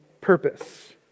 purpose